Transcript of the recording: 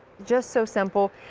just so simple.